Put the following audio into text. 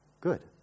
Good